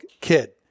kid